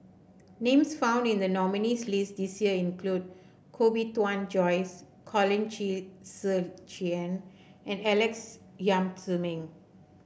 names found in the nominees' list this year include Koh Bee Tuan Joyce Colin Qi Zhe Quan and Alex Yam Ziming